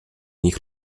nich